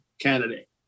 candidate